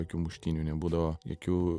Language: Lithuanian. jokių muštynių nebūdavo jokių